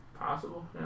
Possible